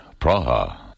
Praha